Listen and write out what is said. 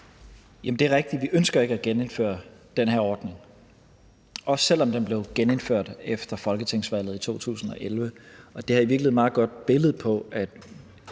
Det er rigtigt. Vi ønsker ikke at genindføre den her ordning, også selv om den blev genindført efter folketingsvalget i 2011. Og det her er i virkeligheden et meget godt billede på,